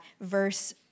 verse